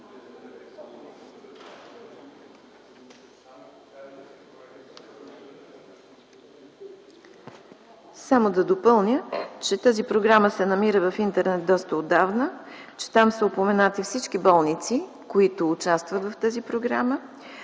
Само да допълня, че тази програма се намира в интернет доста отдавна. Там са упоменати всички болници, които участват в тази програма.